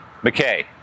McKay